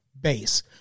base